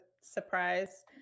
surprise